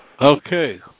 Okay